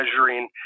measuring